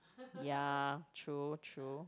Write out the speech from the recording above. ya true true